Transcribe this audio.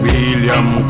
William